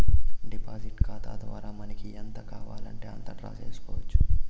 deposit ఖాతా ద్వారా మనకి ఎంత కావాలంటే అంత డ్రా చేసుకోవచ్చు